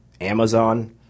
Amazon